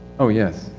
oh yes.